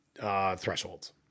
thresholds